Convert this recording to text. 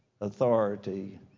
authority